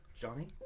Johnny